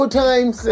times